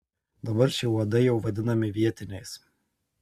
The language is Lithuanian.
dabar šie uodai jau vadinami vietiniais